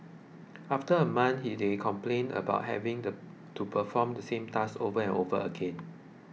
after a month they complained about having to perform the same task over and over again